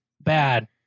Bad